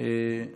אין מתנגדים,